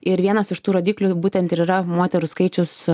ir vienas iš tų rodiklių būtent ir yra moterų skaičius